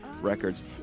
records